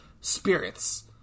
spirits